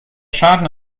schaden